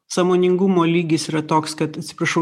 sąmoningumo lygis yra toks kad atsiprašau